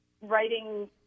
writing